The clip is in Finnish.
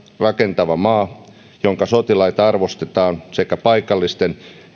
rakentava maa jonka sotilaita arvostetaan sekä paikallisten